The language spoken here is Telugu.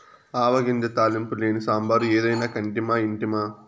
ఆవ గింజ తాలింపు లేని సాంబారు ఏదైనా కంటిమా ఇంటిమా